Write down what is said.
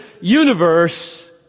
universe